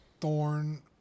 Thorn